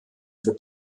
für